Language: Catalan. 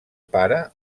pare